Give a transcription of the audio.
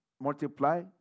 multiply